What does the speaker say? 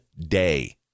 day